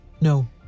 No